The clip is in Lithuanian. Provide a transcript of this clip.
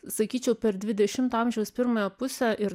sakyčiau per dvidešimto amžiaus pirmąją pusę ir